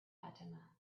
fatima